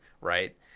right